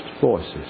voices